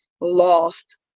lost